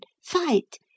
fight